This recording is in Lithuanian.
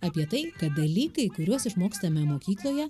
apie tai kad dalykai kuriuos išmokstame mokykloje